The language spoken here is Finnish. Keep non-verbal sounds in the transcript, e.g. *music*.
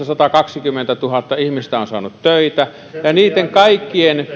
*unintelligible* satakaksikymmentätuhatta ihmistä on saanut töitä ja heidän kaikkien